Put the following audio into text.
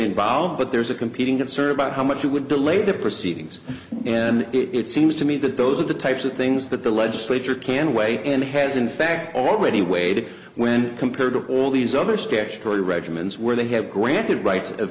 involved but there's a competing to serve out how much it would delay the proceedings and it seems to me that those are the types of things that the legislature can weigh in has in fact already weighed when compared to all these other statutory regimens where they have granted rights of